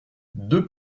deux